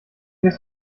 des